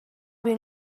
been